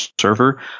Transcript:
server